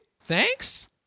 Thanks